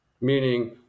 meaning